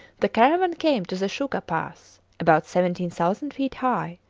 the caravan came to the shuga pass, about seventeen thousand feet high,